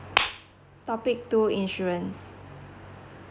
topic two insurance